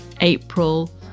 april